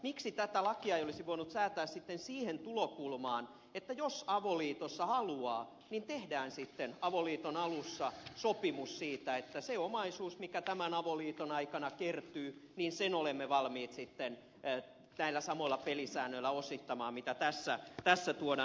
miksi tätä lakia ei olisi voinut säätää sitten siihen tulokulmaan että jos avoliitossa haluaa niin tehdään sitten avoliiton alussa sopimus siitä että sen omaisuuden mikä tämän avoliiton aikana kertyy olemme valmiit sitten näillä samoilla pelisäännöillä osittamaan mitä tässä tuodaan